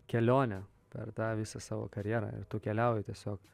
kelionė per tą visą savo karjerą ir keliauji tiesiog